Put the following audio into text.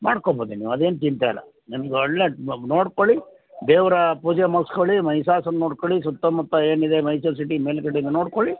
ಮಾಡ್ಕೊಬೋದು ನೀವು ಅದೇನು ಚಿಂತೆ ಇಲ್ಲ ನಿಮ್ಗೆ ಒಳ್ಳೆ ನೋಡ್ಕೊಳ್ಳಿ ದೇವರ ಪೂಜೆ ಮುಗಿಸ್ಕೊಳ್ಳಿ ಮಹಿಸಾಸುರನ್ನ ನೋಡ್ಕೊಳ್ಳಿ ಸುತ್ತ ಮುತ್ತ ಏನು ಇದೆ ಮೈಸೂರು ಸಿಟಿ ಮೇಲ್ಗಡೆಯಿಂದ ನೋಡ್ಕೊಳ್ಳಿ